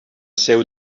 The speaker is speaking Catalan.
seu